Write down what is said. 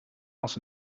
als